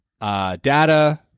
Data